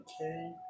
Okay